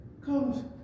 comes